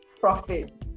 profit